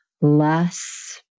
less